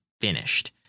finished